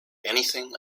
anything